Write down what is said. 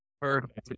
Perfect